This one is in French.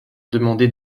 demander